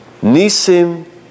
Nisim